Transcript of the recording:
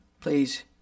Please